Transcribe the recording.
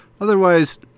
Otherwise